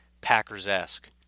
Packers-esque